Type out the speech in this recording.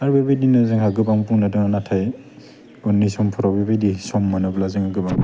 आरो बेबायदिनो जोंहा गोबां बुंनो दङ नाथाय उननि समफ्रावबो बेबायदि सम मोनोब्ला जों गोबां